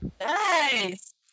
Nice